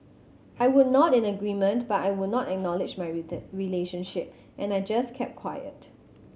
I would nod in agreement but I would not acknowledge my relationship and I just kept quiet